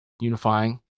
unifying